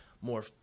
more